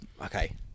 Okay